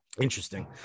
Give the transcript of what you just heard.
interesting